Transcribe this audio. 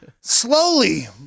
slowly